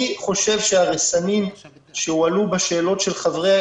אני חושב שהרסנים שהועלו בשאלות של חברי